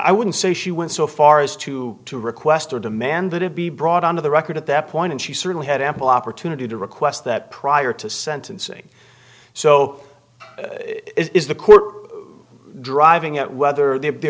wouldn't so she went so far as to to request or demand that it be brought onto the record at that point and she certainly had ample opportunity to request that prior to sentencing so is the court driving out whether there be